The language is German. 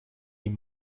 ihm